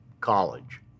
college